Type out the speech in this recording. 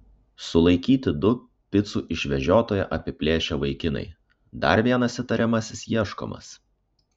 sulaikyti du picų išvežiotoją apiplėšę vaikinai dar vienas įtariamasis ieškomas